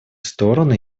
стороны